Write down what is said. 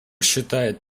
считает